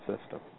system